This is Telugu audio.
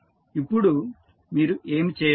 ఇప్పుడు మీరు ఏమి చేయాలి